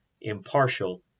impartial